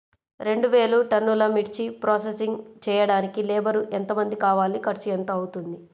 రెండు వేలు టన్నుల మిర్చి ప్రోసెసింగ్ చేయడానికి లేబర్ ఎంతమంది కావాలి, ఖర్చు ఎంత అవుతుంది?